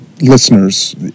listeners